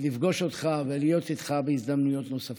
לפגוש אותך ולהיות איתך בהזדמנויות נוספות.